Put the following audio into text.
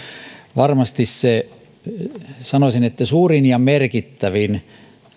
varmasti sanoisin suurin ja merkittävin